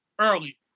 early